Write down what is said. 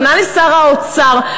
פנה לשר האוצר.